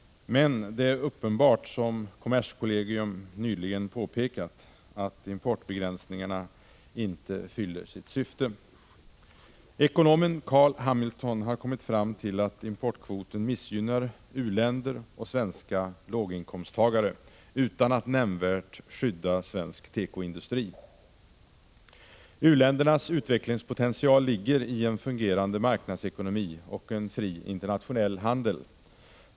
Men det är uppenbart, som kommerskollegium nyligen påpekat, att importbegränsningarna inte fyller sitt syfte. Ekonomen Carl Hamilton har kommit fram till att importkvoten missgynnar u-länder och svenska låginkomsttagare, utan att nämnvärt skydda svensk tekoindustri. U-ländernas utvecklingspotential ligger i en fungerande marknadsekonomi och en fri internationell handel.